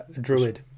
Druid